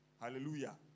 Hallelujah